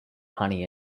honey